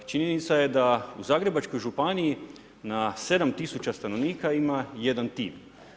Činjenica je da u Zagrebačkoj županiji na 7 tisuća stanovnika ima jedan tim.